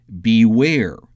beware